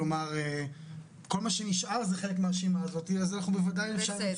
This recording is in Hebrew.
אז זה לגבי הנושא של